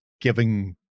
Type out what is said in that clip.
giving